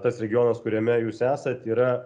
tas regionas kuriame jūs esat yra